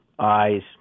Eyes